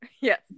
Yes